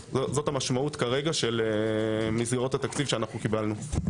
כרגע זאת המשמעות של מסגרות התקציב שקיבלנו.